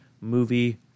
movie